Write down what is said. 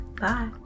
Bye